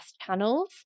channels